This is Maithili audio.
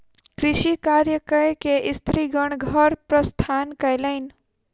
कृषि कार्य कय के स्त्रीगण घर प्रस्थान कयलैन